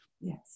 Yes